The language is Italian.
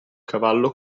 cavallo